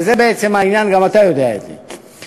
וזה בעצם העניין, גם אתה יודע את זה,